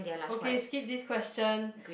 okay skip this question